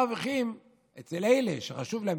בקלפי מרוויחים אצל אלה שחשוב להם